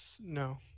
no